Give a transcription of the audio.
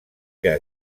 què